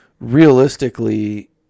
realistically